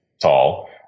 tall